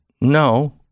No